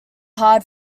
hard